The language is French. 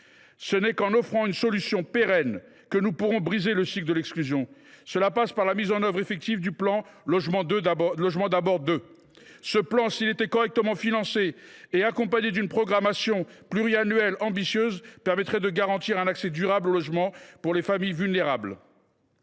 Ce n’est qu’en offrant une solution pérenne que nous pourrons briser le cycle de l’exclusion. Cela passe par la mise en œuvre effective du plan Logement d’abord 2. Ce plan, s’il était correctement financé et accompagné d’une programmation pluriannuelle ambitieuse, permettrait de garantir un accès durable au logement pour les familles vulnérables.